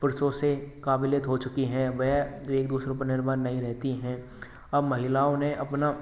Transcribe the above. पुरुषों से काबिलियत हो चुकी है वह एक दूसरे पर निर्भर नहीं रहती है अब महिलाओं ने अपना